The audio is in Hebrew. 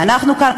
אנחנו כאן,